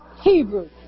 Hebrew